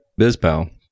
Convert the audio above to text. BizPal